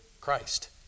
Christ